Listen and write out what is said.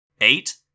Eight